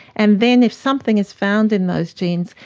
and then if something is found in those genes,